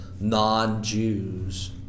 non-jews